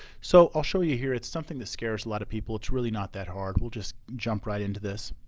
so i'll show you here. it's something that scares a lot of people. it's really not that hard. we'll just jump right into this.